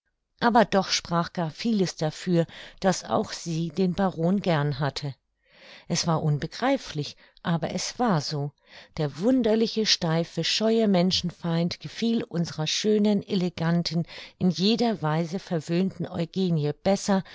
aber doch sprach gar vieles dafür daß auch sie den baron gern hatte es war unbegreiflich aber es war so der wunderliche steife scheue menschenfeind gefiel unserer schönen eleganten in jeder weise verwöhnten eugenie besser